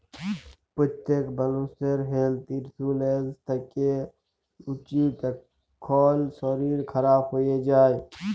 প্যত্তেক মালুষের health insurance থ্যাকা উচিত, কখল শরীর খারাপ হয়ে যায়